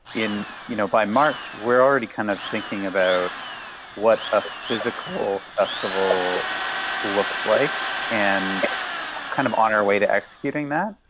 in you know by march, we're already kind of thinking about what a physical festival looks like and kind of our way to executing that.